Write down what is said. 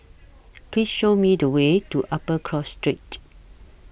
Please Show Me The Way to Upper Cross Street